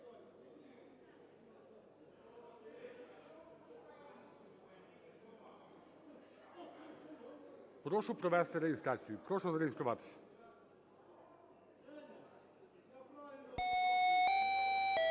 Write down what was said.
Прошу провести реєстрацію. Прошу реєструватись.